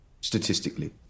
statistically